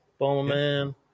Bomberman